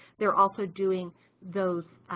they're also doing those,